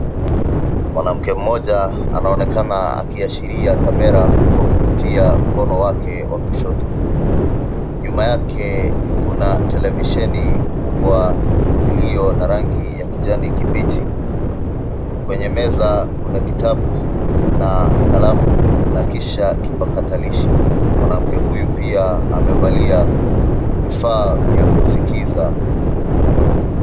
Mwanamke mmoja anaonekana akiashiria kamera kwa kupitia mkono wake wa kushoto. Nyuma yake kuna televisheni kubwa iliyo na rangi ya kijani kibichi. Kwenye meza kuna kitabu na kalamu na kisha kipakatalishi. Mwanamke huyu pia amevalia vifaa vya kusikiza.